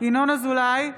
ינון אזולאי,